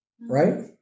right